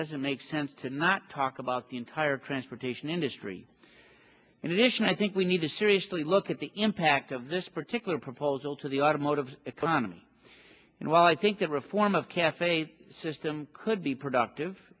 doesn't make sense to not talk about the entire transportation industry in addition i think we need to seriously look at the impact of this particular proposal to the automotive economy and while i think the reform of cafe system could be productive